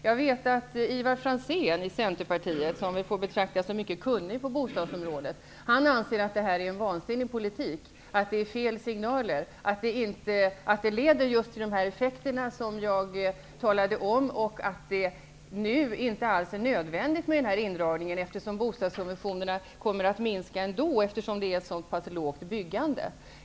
Jag vet att Ivar Franzén i Centerpartiet, som får betraktas som mycket kunnig på bostadsområdet, anser att detta är en vansinnig politik, att det är fel signaler och att det leder till just de effekter som jag talade om och att den här indragningen nu inte alls är nödvändig, eftersom bostadssubventionerna ändå kommer att minska när omfattningen av byggandet är så pass liten.